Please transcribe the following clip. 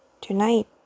tonight